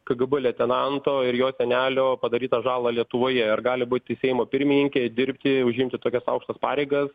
kgb leitenanto ir jo senelio padarytą žalą lietuvoje ar gali būti seimo pirmininkė dirbti užimti tokias aukštas pareigas